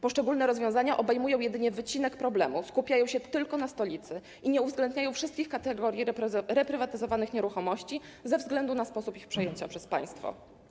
Poszczególne rozwiązania obejmują jedynie wycinek problemu, skupiają się tylko na stolicy i nie uwzględniają wszystkich kategorii reprywatyzowanych nieruchomości ze względu na sposób ich przejęcia przez państwo.